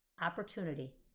opportunity